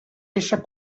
ésser